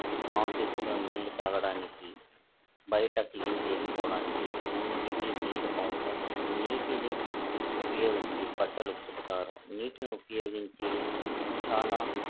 ఆఫీసులో నీళ్ళు తాగడానికి బయట క్లీన్ చేసుకోవడానికి అన్నిటికీ నీరు అవసరము నీటిని ఉపయోగించి బట్టలు ఉతుకుతారు నీటిని ఉపయోగించి చాలా